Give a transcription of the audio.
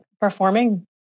performing